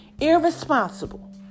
irresponsible